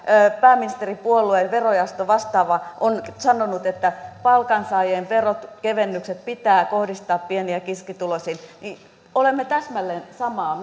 pääministeripuolueen verojaoston vastaava on sanonut että palkansaajien veronkevennykset pitää kohdistaa pieni ja keskituloisiin olemme täsmälleen samaa